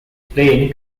plain